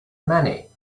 many